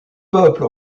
peuple